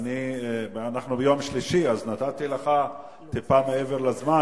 אנחנו ביום שלישי, אז נתתי לך טיפה מעבר לזמן.